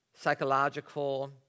psychological